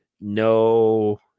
No